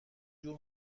جور